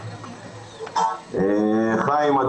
חיים,